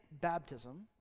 baptism